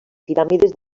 piràmides